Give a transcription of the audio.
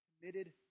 Committed